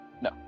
No